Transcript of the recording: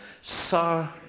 Sir